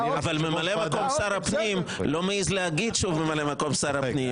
אבל ממלא מקום שר הפנים לא מעז להגיד שהוא ממלא מקום שר הפנים.